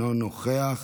אינו נוכח,